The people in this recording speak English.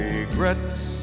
Regrets